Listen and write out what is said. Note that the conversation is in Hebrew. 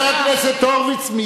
חבר הכנסת הורוביץ,